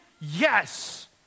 yes